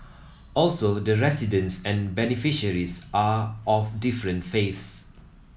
also the residents and beneficiaries are of different faiths